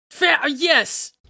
yes